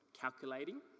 calculating